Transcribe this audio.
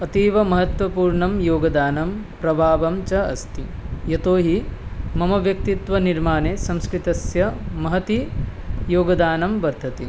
अतीव महत्त्वपूर्णं योगदानं प्रभावं च अस्ति यतो हि मम व्यक्तित्वनिर्माणे संस्कृतस्य महत् योगदानं वर्तते